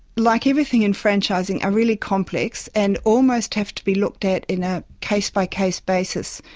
like everything in franchising, are really complex, and almost have to be looked at in a case-by-case basis.